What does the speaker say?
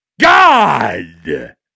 god